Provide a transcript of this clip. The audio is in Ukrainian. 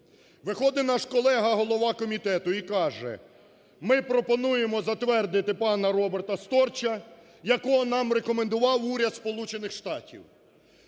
Виходить наш колега, голова комітету, і каже: ми пропонуємо затвердити пана Роберта Сторча, якого нам рекомендував Уряд